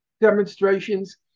demonstrations